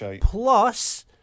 Plus